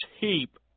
heap